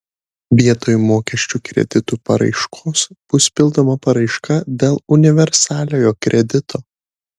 vietoj mokesčių kreditų paraiškos bus pildoma paraiška dėl universaliojo kredito